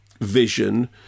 vision